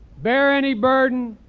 bear any burden,